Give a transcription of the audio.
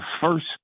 first